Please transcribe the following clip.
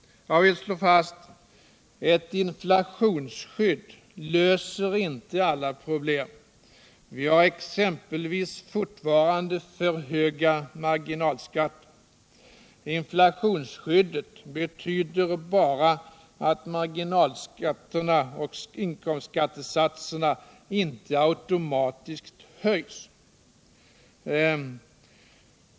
Jag vill slå fast: Ett inflationsskydd löser inte alla problem. Vi har exempelvis fortfarande för höga marginalskatter. Inflationsskyddet betyder bara att marginalskatterna och inkomstskattesatserna inte höjs automatiskt.